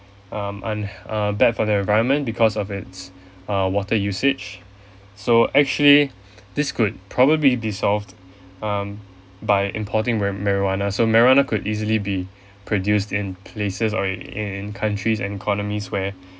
um un~ err bad for the environment because of it's err water usage so actually this could probably be solved um by importing mari~ marijuana so marijuana could easily be produced in places or in countries and economies where